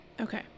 Okay